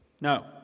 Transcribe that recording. No